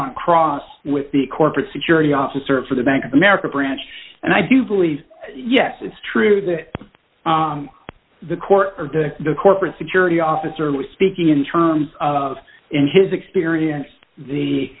on cross with the corporate security officer for the bank of america branch and i do believe yes it's true that the court the corporate security officer was speaking in terms of in his experience the